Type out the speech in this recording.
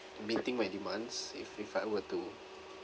meeting when demands if if I were to